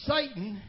Satan